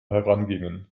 herangingen